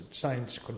Science